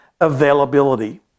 availability